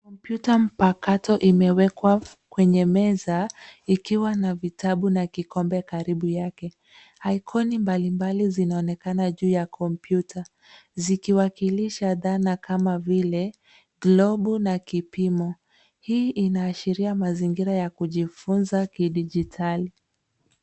Kompyuta mpakato imewekwa kwenye meza, ikiwa na vitabu na kikombe karibu yake. Ikoni mbalimbali zinaonekana juu ya kompyuta, zikiwakilisha dhana kama vile globu na kipimo. Hii inaashiria mazingira ya kujifunza kidijitali.